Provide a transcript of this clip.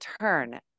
turn